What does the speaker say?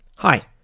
Hi